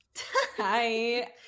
Hi